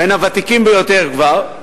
בין הוותיקים ביותר כבר,